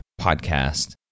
podcast